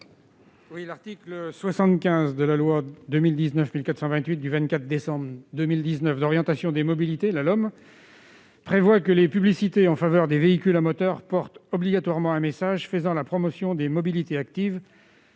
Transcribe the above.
L'article 75 de la loi n° 2019-1428 du 24 décembre 2019 d'orientation des mobilités- la LOM -prévoit que les publicités en faveur de véhicules à moteur portent obligatoirement un message faisant la promotion des mobilités actives,